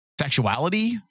sexuality